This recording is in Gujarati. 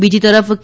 બીજી તરફ કે